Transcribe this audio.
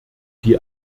die